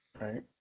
Right